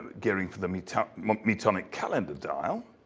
gearing for the metonic metonic calendar dial.